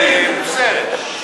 מוסרת.